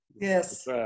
Yes